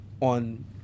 on